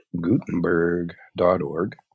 gutenberg.org